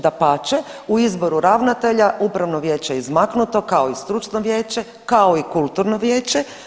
Dapače, u izvoru ravnatelja upravno vijeće je izmaknuto, kao i stručno vijeće, kao i kulturno vijeće.